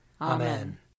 Amen